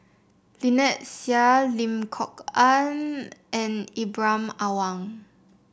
Lynnette Seah Lim Kok Ann and Ibrahim Awang